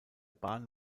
bahn